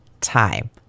time